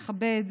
מכבד,